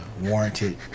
warranted